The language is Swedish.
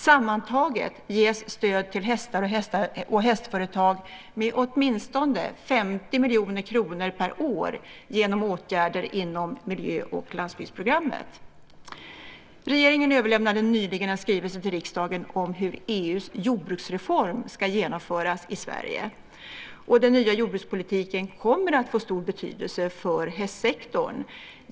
Sammantaget ges stöd till hästar och hästföretag med åtminstone 50 miljoner kronor per år genom åtgärder inom miljö och landsbygdsprogrammet. Regeringen överlämnade nyligen en skrivelse till riksdagen om hur EU:s jordbruksreform ska genomföras i Sverige. Den nya jordbrukspolitiken kommer att få stor betydelse för hästsektorn.